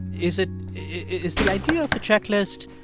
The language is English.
is it is the idea of the checklist,